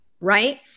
right